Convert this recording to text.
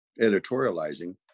editorializing